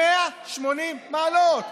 180 מעלות.